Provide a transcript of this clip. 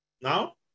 Now